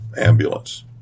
ambulance